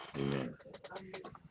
amen